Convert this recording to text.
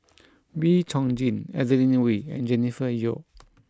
Wee Chong Jin Adeline Ooi and Jennifer Yeo